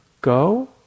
Go